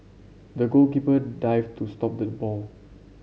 the goalkeeper dived to stopped the ball